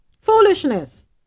Foolishness